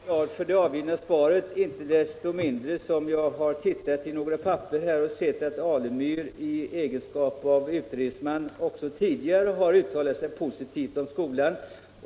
Herr talman! Jag är glad för det lämnade svaret, särskilt som jag har sett i papperen att herr Alemyr i egenskap av utredningsman också tidigare har uttalat sig positivt om skolan.